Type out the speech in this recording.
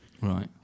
Right